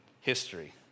history